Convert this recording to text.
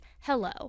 hello